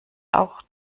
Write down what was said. auch